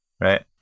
right